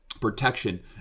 protection